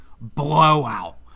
blowout